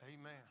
amen